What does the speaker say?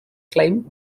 climb